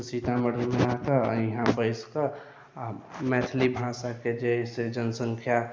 तऽ सीतामढ़ीमे आके यहाँ बसिके आओर मैथिली भाषाके जे है से जनसंख्या